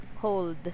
cold